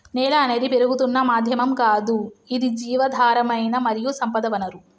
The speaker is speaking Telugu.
నేల అనేది పెరుగుతున్న మాధ్యమం గాదు ఇది జీవధారమైన మరియు సంపద వనరు